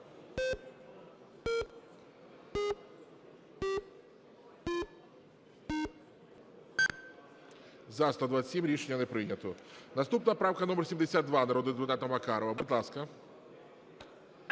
За-127 Рішення не прийнято. Наступна правка - номер 72, народного депутата Макарова. Будь ласка.